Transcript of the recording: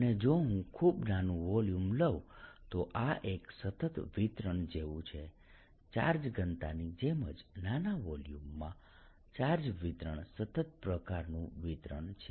અને જો હું ખૂબ નાનું વોલ્યુમ લઉં તો આ એક સતત વિતરણ જેવું છે ચાર્જ ઘનતાની જેમ જ નાના વોલ્યુમમાં ચાર્જ વિતરણ સતત પ્રકારનું વિતરણ છે